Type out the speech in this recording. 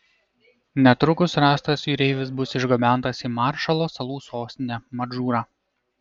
netrukus rastas jūreivis bus išgabentas į maršalo salų sostinę madžūrą